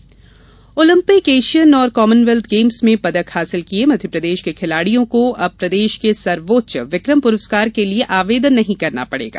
पुस्कार Olympic Asian और Commonwealth games में पदक हासिल किये मध्यप्रदेश के खिलाड़ियों को अब प्रदेश के सर्वोच्च विक्रम पुरस्कार के लिए आवेदन नहीं करना पड़ेगा